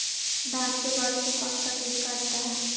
धान के बाल को कौन सा किट काटता है?